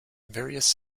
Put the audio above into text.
various